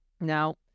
Now